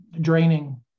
draining